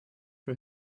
for